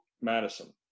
Madison